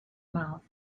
mouth